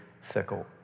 fickle